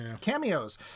Cameos